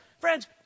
Friends